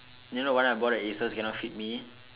you know what I bought at Asics cannot fit me